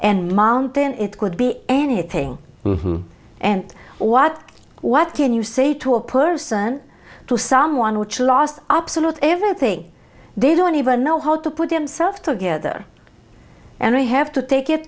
and mountain it could be anything and what what can you say to a person to someone which lost absolutely everything they don't even know how to put themselves together and they have to take it